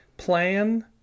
Plan